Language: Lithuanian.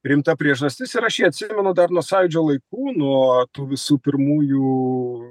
rimta priežastis ir aš jį atsimenu dar nuo sąjūdžio laikų nuo tų visų pirmųjų